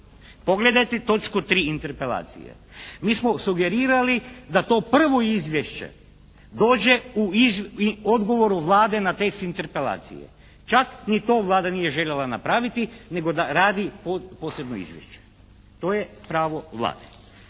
Pogledajte točku 3. Interpelacije. Mi smo sugerirali da to prvo izvješće dođe u odgovoru Vlade na tekst Interpelacije. Čak ni to Vlada nije željela napraviti nego radi posebno izvješće. To je pravo Vlade.